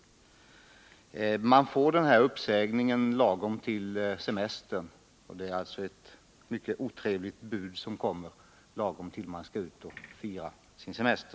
De anställda får uppsägningarna lagom till semestern, och det är alltså ett mycket otrevligt bud som kommer just då de skall ut och fira sin ledighet.